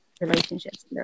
relationships